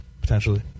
potentially